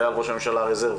ועל ראש הממשלה הרזרבי.